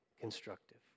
constructive